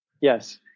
yes